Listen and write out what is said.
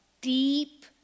deep